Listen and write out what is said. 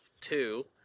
two